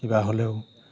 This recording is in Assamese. কিবা হ'লেও